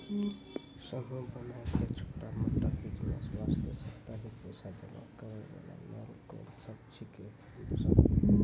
समूह बनाय के छोटा मोटा बिज़नेस वास्ते साप्ताहिक पैसा जमा करे वाला लोन कोंन सब छीके?